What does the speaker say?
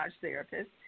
therapist